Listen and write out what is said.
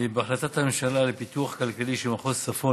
בהחלטת הממשלה לפיתוח כלכלי של מחוז צפון